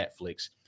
Netflix